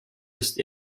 ist